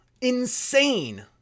Insane